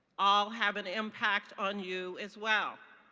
all have an impact on you as well.